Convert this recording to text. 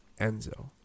Enzo